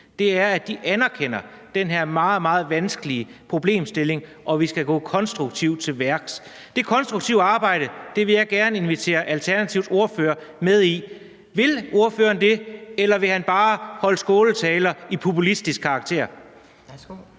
er, at de anerkender den her meget, meget vanskelige problemstilling, og at vi skal gå konstruktivt til værks. Det konstruktive arbejde vil jeg gerne invitere Alternativets ordfører med ind i. Vil ordføreren det, eller vil han bare holde skåltaler af populistisk karakter?